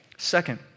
Second